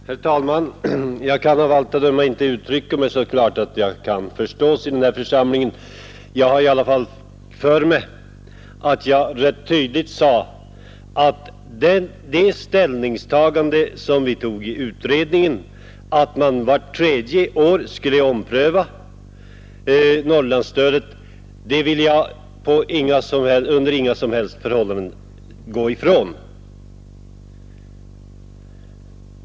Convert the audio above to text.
Herr talman! Jag kan av allt att döma inte uttrycka mig så klart att jag kan förstås i den här församlingen. Jag har i alla fall för mig att jag rätt tydligt underströk att det ställningstagande som vi gjorde i utredningen, att man vart tredje år skulle ompröva Norrlandsstödet, vill jag under inga som helst förhållanden gå ifrån.